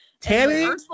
Tammy